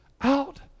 out